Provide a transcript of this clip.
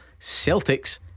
Celtics